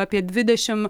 apie dvidešim